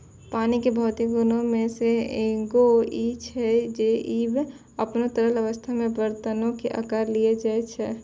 पानी के भौतिक गुणो मे से एगो इ छै जे इ अपनो तरल अवस्था मे बरतनो के अकार लिये सकै छै